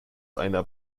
einer